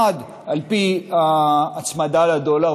1. על פי ההצמדה לדולר,